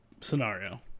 Scenario